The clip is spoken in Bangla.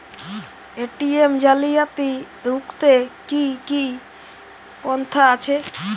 এ.টি.এম জালিয়াতি রুখতে কি কি পন্থা আছে?